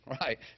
right